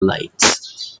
lights